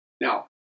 Now